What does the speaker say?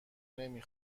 نمی